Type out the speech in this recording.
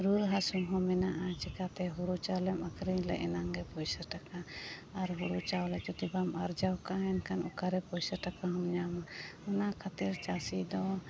ᱨᱩᱣᱟᱹ ᱦᱟᱥᱩ ᱦᱚᱸ ᱢᱮᱱᱟᱜᱼᱟ ᱪᱤᱠᱟᱹᱛᱮ ᱦᱩᱲᱩ ᱪᱟᱣᱞᱮᱢ ᱟᱹᱠᱷᱨᱤᱧ ᱞᱮ ᱮᱱᱟᱝ ᱜᱮ ᱯᱩᱭᱥᱟᱹ ᱴᱟᱠᱟ ᱟᱨ ᱦᱩᱲᱩ ᱪᱟᱣᱞᱮ ᱡᱩᱫᱤ ᱵᱟᱢ ᱟᱨᱡᱟᱣ ᱠᱟᱜᱼᱟ ᱮᱱᱠᱷᱟᱱ ᱚᱠᱟᱨᱮ ᱯᱩᱭᱥᱟ ᱴᱟᱠᱟᱢ ᱧᱟᱢᱟ ᱚᱱᱟ ᱠᱷᱟᱛᱤᱨ ᱪᱟᱥᱤ ᱫᱚ